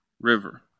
River